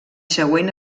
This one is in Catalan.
següent